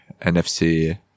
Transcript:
NFC